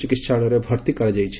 ଚିକିହାଳୟରେ ଭର୍ତ୍ତି କରାଯାଇଛି